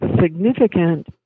significant